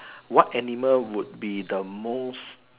what animal would be the most